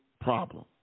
problem